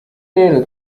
rero